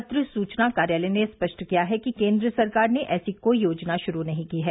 पत्र सूचना कार्यालय ने स्पष्ट किया है कि केंद्र सरकार ने ऐसी कोई योजना शुरू नहीं की है